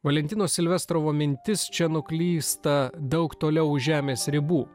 valentino silvestrovo mintis čia nuklysta daug toliau už žemės ribų